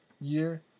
year